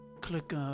click